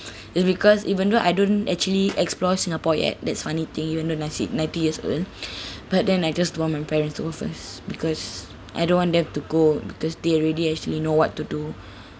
is because even though I don't actually explore singapore yet that's funny thing you know as in nineteen years old but then I just don't want my parents to go first because I don't want them to go because they already actually know what to do